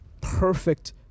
perfect